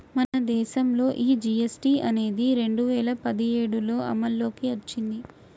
మన దేసంలో ఈ జీ.ఎస్.టి అనేది రెండు వేల పదిఏడులో అమల్లోకి ఓచ్చింది